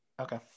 Okay